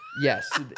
yes